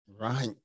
Right